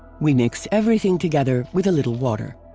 we mix everything together with a little water.